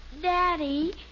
Daddy